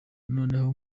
noneho